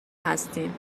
هستیم